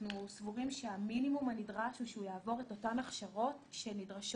אנחנו סבורים שהמינימום הנדרש הוא שהוא יעבור את אותן הכשרות שנדרש